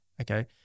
Okay